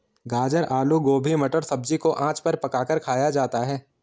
गाजर आलू गोभी मटर सब्जी को आँच पर पकाकर खाया जाता है